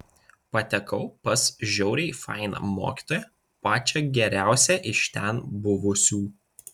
patekau pas žiauriai fainą mokytoją pačią geriausią iš ten buvusių